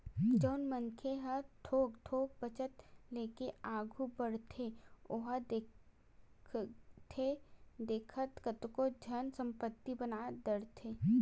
जउन मनखे ह थोक थोक बचत लेके आघू बड़थे ओहा देखथे देखत कतको कन संपत्ति बना डरथे